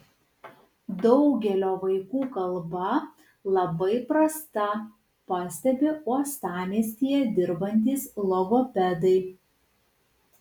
daugelio vaikų kalba labai prasta pastebi uostamiestyje dirbantys logopedai